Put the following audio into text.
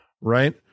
Right